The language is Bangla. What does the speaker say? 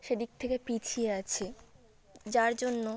সেদিক থেকে পিছিয়ে আছে যার জন্য